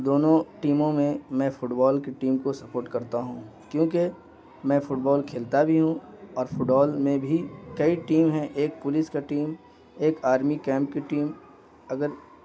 دونوں ٹیموں میں میں فٹ بال کی ٹیم کو سپورٹ کرتا ہوں کیونکہ میں فٹ بال کھیلتا بھی ہوں اور فٹ بال میں بھی کئی ٹیم ہیں ایک پولیس کا ٹیم ایک آرمی کیمپ کی ٹیم اگر